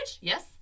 Yes